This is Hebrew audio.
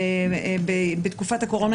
בתקופת הקורונה,